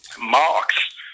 marks